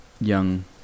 Young